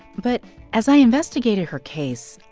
but as i investigated her case,